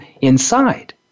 inside